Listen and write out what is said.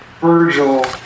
Virgil